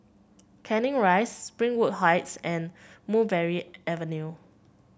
Canning Rise Springwood Heights and Mulberry Avenue